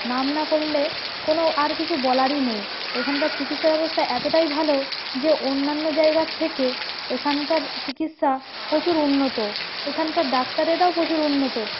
নাম না করলে কোনো আর কিছু বলারই নেই এখানকার চিকিৎসা ব্যবস্থা এতোটাই ভালো যে অন্যান্য জায়গার থেকে এখানকার চিকিৎসা প্রচুর উন্নত এখানকার ডাক্তারেরাও প্রচুর উন্নত